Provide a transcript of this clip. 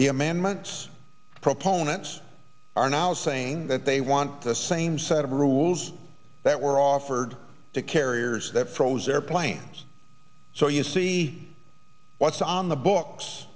the amendments proponents are now saying that they want the same set of rules that were offered to carriers that froze airplanes so you see what's on the books